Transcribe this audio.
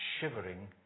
shivering